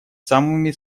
самыми